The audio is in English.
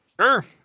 Sure